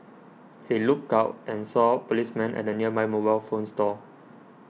he looked out and saw policemen at the nearby mobile phone store